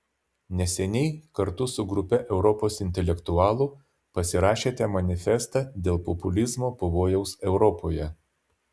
neseniai kartu su grupe europos intelektualų pasirašėte manifestą dėl populizmo pavojaus europoje